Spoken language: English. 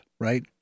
right